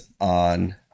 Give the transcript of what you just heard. on